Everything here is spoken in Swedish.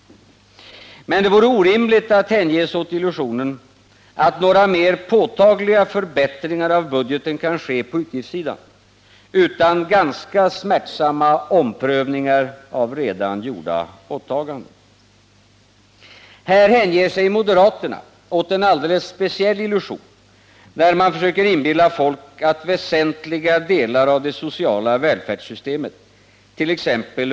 Men det vore orimligt att hänge sig åt illusionen att några mer påtagliga förbättringar av budgeten kan ske på utgiftssidan utan ganska smärtsamma omprövningar av redan gjorda åtaganden. Här hänger sig moderaterna åt en alldeles speciell illusion, när de försöker inbilla folk att väsentliga delar av det sociala välfärdssystemet,t.ex.